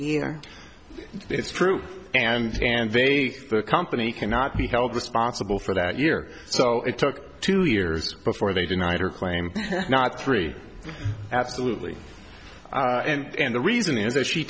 know it's true and and they the company cannot be held responsible for that year so it took two years before they denied her claim not three absolutely and the reason is that she